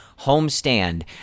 homestand